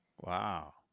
Wow